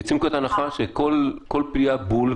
יוצאים פה מנקודת הנחה שכל פגיעה היא בול,